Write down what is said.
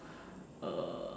uh